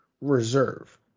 reserve